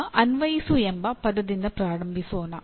ಈಗ ಅನ್ವಯಿಸು ಎಂಬ ಪದದಿಂದ ಪ್ರಾರಂಭಿಸೋಣ